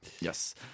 Yes